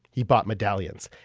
he bought medallions.